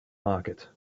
market